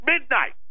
midnight